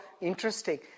interesting